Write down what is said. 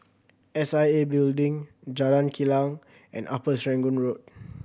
S I A Building Jalan Kilang and Upper Serangoon Road